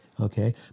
okay